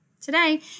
Today